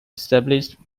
established